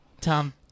tom